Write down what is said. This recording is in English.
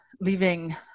leaving